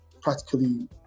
practically